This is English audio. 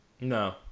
No